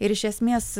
ir iš esmės